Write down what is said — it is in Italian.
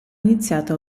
iniziato